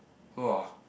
!wah!